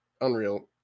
Unreal